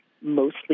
mostly